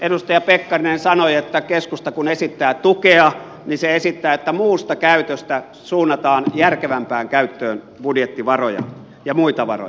edustaja pekkarinen sanoi että keskusta kun esittää tukea niin se esittää että muusta käytöstä suunnataan järkevämpään käyttöön budjettivaroja ja muita varoja